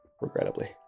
regrettably